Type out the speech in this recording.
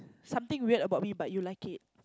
something weird about me but you like it